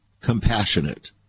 compassionate